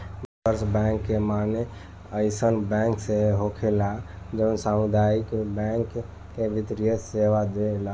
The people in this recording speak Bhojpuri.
बैंकर्स बैंक के माने अइसन बैंक से होखेला जवन सामुदायिक बैंक के वित्तीय सेवा देला